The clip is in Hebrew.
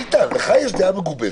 איתן, לך יש דעה מגובשת,